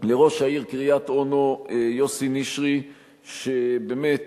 לראש העיר קריית-אונו יוסי נשרי שבאמת